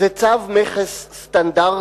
זה צו מכס סטנדרטי.